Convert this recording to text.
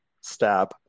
stab